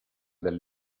del